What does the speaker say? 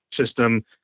system